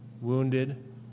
wounded